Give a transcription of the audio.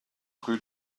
rue